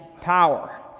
power